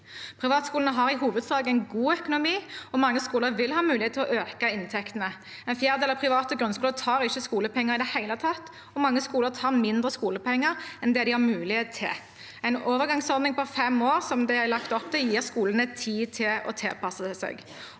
Privatskolene har i hovedsak en god økonomi, og mange skoler vil ha mulighet til å øke inntektene. En fjerdedel av private grunnskoler tar ikke skolepenger i det hele tatt, og mange skoler tar mindre skolepenger enn de har mulighet til. En overgangsordning på fem år, som det er lagt opp til, gir skolene tid til å tilpasse seg.